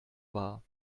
war